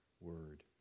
word